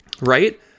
right